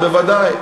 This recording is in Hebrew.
בוודאי.